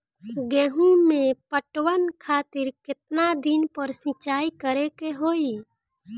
गेहूं में पटवन खातिर केतना दिन पर सिंचाई करें के होई?